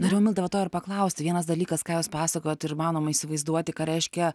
norėjau milda va to ir paklausti vienas dalykas ką jūs pasakojot ar įmanoma įsivaizduoti ką reiškia